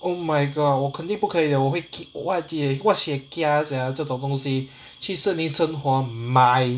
oh my god 我肯定不可以的我会 kick sia 这种东西去森林生活 my